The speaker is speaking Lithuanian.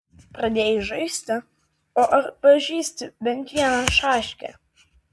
pradėjai žaisti o ar pažįsti bent vieną šaškę